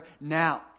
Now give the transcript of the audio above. now